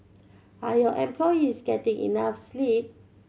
are your employees getting enough sleep